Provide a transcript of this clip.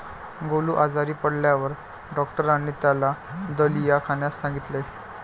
गोलू आजारी पडल्यावर डॉक्टरांनी त्याला दलिया खाण्यास सांगितले